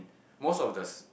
most of the